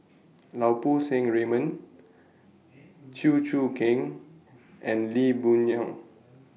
Lau Poo Seng Raymond Chew Choo Keng and Lee Boon Yang